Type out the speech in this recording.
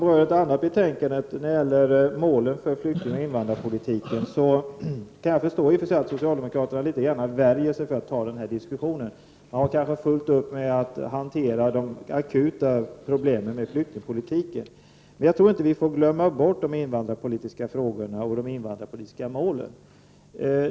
I ett annat betänkande berörs målen för flyktingoch invandrarpolitiken. Jag kan i och för sig förstå att socialdemokraterna litet grand värjer sig för att delta i denna diskussion. Man har fullt upp med att hantera de akuta problemen med flyktingpolitiken. Men vi får inte glömma bort de invandrarpolitiska frågorna och de invandrarpolitiska målen.